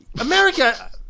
America